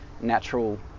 natural